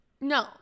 No